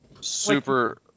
super